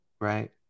Right